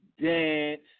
dance